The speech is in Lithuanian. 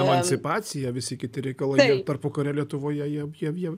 emancipacija visi kiti reikalai jie tarpukario lietuvoje jie jie jie